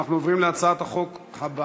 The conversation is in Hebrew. אנחנו עוברים להצעת חוק הבאה,